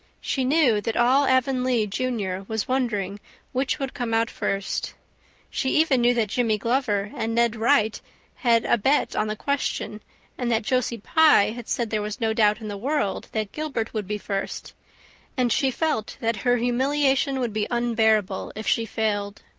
she knew that all avonlea junior was wondering which would come out first she even knew that jimmy glover and ned wright had a bet on the question and that josie pye had said there was no doubt in the world that gilbert would be first and she felt that her humiliation would be unbearable if she failed.